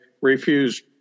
refused